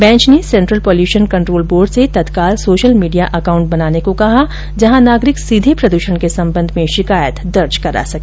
bench ने Central Pollution Control Board से तत्काल सोशल मीडिया अकाउंट बनाने को कहा जहां नागरिक सीधे प्रदूषण के संबंध में शिकायत दर्ज करा सके